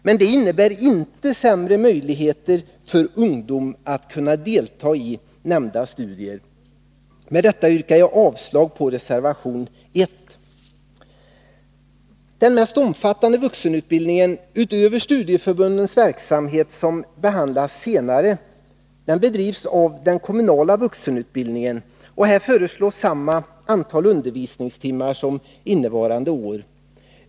Men detta innebär inte sämre möjligheter för ungdom att delta i nämnda studier. Med detta yrkar jag avslag på reservation 1. Den mest omfattande vuxenutbildningen utöver studieförbundens verksamhet, som behandlas senare, bedrivs av den kommunala vuxenutbildningen. Här föreslås samma antal undervisningstimmar som under innevarande år.